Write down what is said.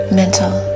mental